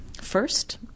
first